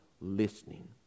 listening